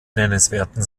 nennenswerten